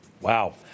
Wow